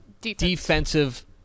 defensive